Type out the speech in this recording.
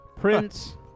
Prince